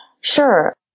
Sure